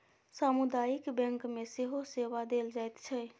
सामुदायिक बैंक मे सेहो सेवा देल जाइत छै